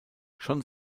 schon